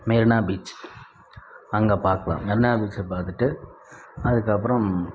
Marina beach அங்கே பார்க்கலாம் மெரினா பீச்சை பார்த்துட்டு அதுக்கப்புறம்